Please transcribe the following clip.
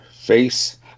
Face